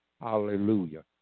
hallelujah